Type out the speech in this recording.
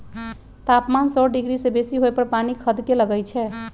तापमान सौ डिग्री से बेशी होय पर पानी खदके लगइ छै